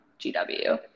GW